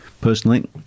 Personally